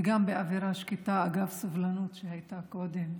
וגם באווירה שקטה, אגב הסובלנות שהייתה קודם,